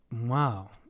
Wow